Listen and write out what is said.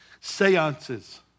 Seances